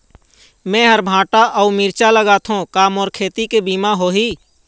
मेहर भांटा अऊ मिरचा लगाथो का मोर खेती के बीमा होही?